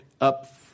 up